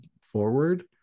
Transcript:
forward